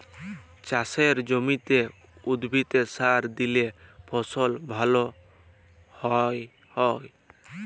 চাসের জমিতে উদ্ভিদে সার দিলে ফসল ভাল হ্য়য়ক